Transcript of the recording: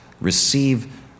receive